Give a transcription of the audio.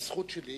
בזכות שלי